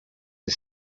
the